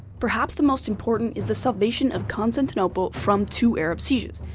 perhaps the most important is the salvation of constantinople from two arab sieges,